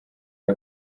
uyu